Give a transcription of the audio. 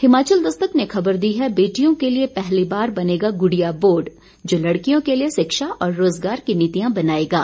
हिमाचल दस्तक ने ख़बर दी है बेटियों के लिए पहली बार बनेगा गुड़िया बोर्ड जो लड़कियों के लिए शिक्षा और रोजगार की नितियां बनाएंगा